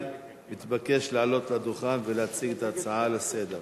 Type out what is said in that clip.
מתבקש לעלות לדוכן ולהציג את ההצעה לסדר-היום.